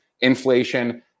inflation